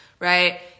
right